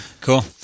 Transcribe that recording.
Cool